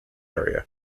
area